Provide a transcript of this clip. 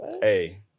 hey